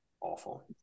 awful